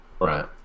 right